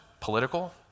political